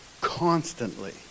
constantly